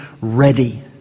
ready